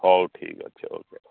ହଉ ଠିକ୍ ଅଛି ଓ କେ